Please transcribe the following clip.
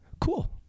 Cool